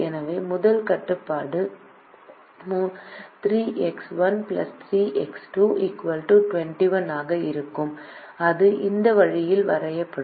எனவே முதல் கட்டுப்பாடு 3X1 3X2 21 ஆக இருக்கும் அது இந்த வழியில் வரையப்படும்